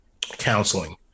counseling